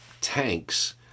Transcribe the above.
tanks